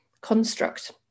construct